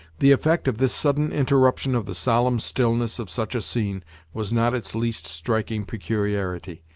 the effect of this sudden interruption of the solemn stillness of such a scene was not its least striking peculiarity.